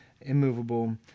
immovable